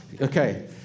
Okay